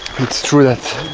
it's true that it